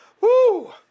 Woo